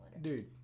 Dude